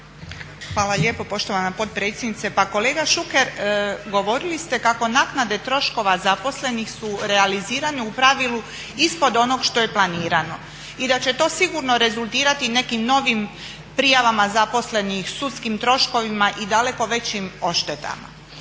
Hvala lijepo poštovana potpredsjednice. Pa kolega Šuker, govorili ste kako naknade troškova zaposlenih su realizirane u pravilu ispod onog što je planirano i da će to sigurno rezultirati nekim novim prijavama zaposlenih, sudskim troškovima i daleko većim odštetama.